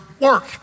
work